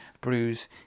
bruise